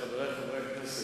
חברי חברי הכנסת,